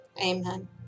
Amen